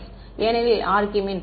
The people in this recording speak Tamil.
மாணவர் ஏனெனில் ஆர்க்மின்